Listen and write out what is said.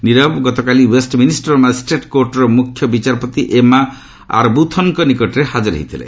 ନୀରବ ଗତକାଲି Westminster magistrate କୋର୍ଟର ମୁଖ୍ୟ ବିଚାରପତି ଏମ୍ମା ଆରବୁଥନଙ୍କ ନିକଟରେ ହାଜର ହୋଇଥିଲେ